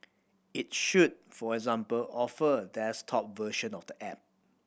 it should for example offer a desktop version of the app